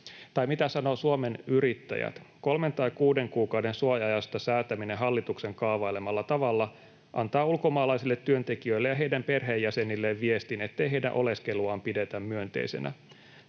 Tai mitä sanoo Suomen Yrittäjät: ”Kolmen tai kuuden kuukauden suoja-ajasta säätäminen hallituksen kaavailemalla tavalla antaa ulkomaalaisille työntekijöille ja heidän perheenjäsenilleen viestin, ettei heidän oleskeluaan pidetä myönteisenä.